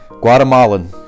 Guatemalan